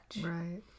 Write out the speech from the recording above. Right